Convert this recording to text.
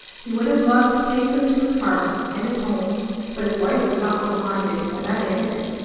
he would have loved to take them to his heart and his home but his wife was not so minded, and that ended it.